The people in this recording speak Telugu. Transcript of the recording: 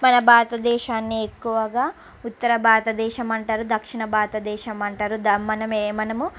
మన భారతదేశాన్ని ఎక్కువగా ఉత్తర భారతదేశం అంటారు దక్షణ భారతదేశం అంటారు ద మనమే మనము